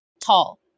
tall